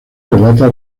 relata